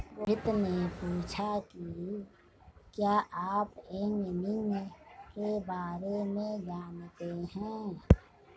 रोहित ने पूछा कि क्या आप एंगलिंग के बारे में जानते हैं?